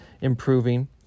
improving